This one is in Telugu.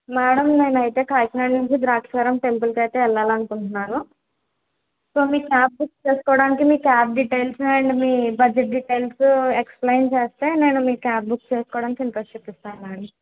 మేడం నేను అయితే కాకినాడ నుండి ద్రాక్షారామం టెంపుల్కి అయితే వెళ్ళాలి అనుకుంటున్నాను సో మీ క్యాబ్ బుక్ చేసుకోవడానికి మీ క్యాబ్ డీటెయిల్స్ అండ్ మీ బడ్జెట్ డీటెయిల్స్ ఎక్సప్లైన్ చేస్తే నేను మీ క్యాబ్ బుక్ చేసుకోవడానికి ఇంట్రెస్ట్ చూపిస్తాను